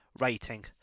rating